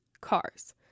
CARS